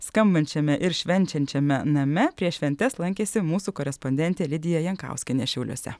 skambančiame ir švenčiančiame name prieš šventes lankėsi mūsų korespondentė lidija jankauskienė šiauliuose